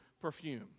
perfume